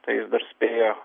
tai jis dar spėjo